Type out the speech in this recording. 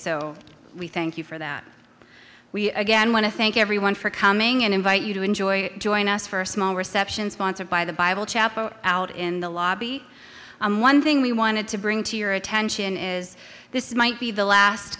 so we thank you for that we again want to thank everyone for coming and invite you to enjoy join us for a small reception sponsored by the bible chapel out in the lobby one thing we wanted to bring to your attention is this might be the last